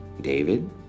David